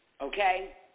okay